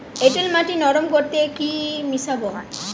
এঁটেল মাটি নরম করতে কি মিশাব?